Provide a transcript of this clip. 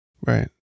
Right